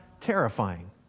terrifying